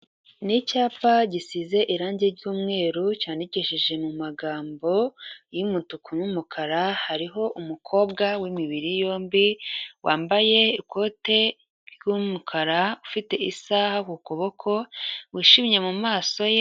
Ni icyapa gisize irangi ry'umweru cyandikije mu magambo y'umutuku n'umukara, hariho umukobwa w'imibiri yombi wambaye ikote ry'umukara ufite isaha ku kuboko wishimye mu maso ye.